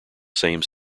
same